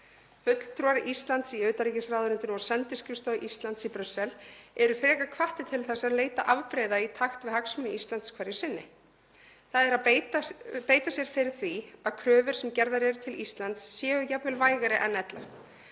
Fulltrúar Íslands í utanríkisráðuneytinu og á sendiskrifstofu Íslands í Brussel eru frekar hvattir til þess að leita afbrigða í takt við hagsmuni Íslands hverju sinni, þ.e. að beita sér fyrir því að kröfur sem gerðar eru til Íslands séu jafnvel vægari en ella.